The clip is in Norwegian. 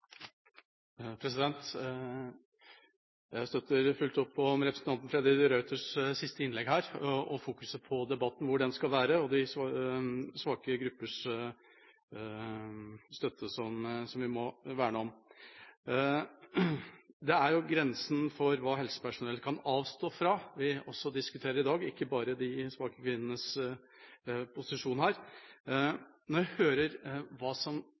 Jeg støtter fullt opp om representanten Freddy de Ruiters siste innlegg her, om hvor fokuset i debatten skal være, å støtte og verne om svake grupper. Grensen for hva helsepersonell kan avstå fra, er jo også noe vi diskuterer her i dag, og ikke bare de svake kvinnenes posisjon. Når jeg hører